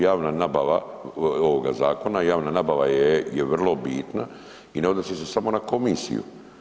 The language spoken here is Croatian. Javna nabava ovoga zakona, javna nabava je vrlo bitna i ne odnosi se samo na komisiju.